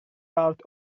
part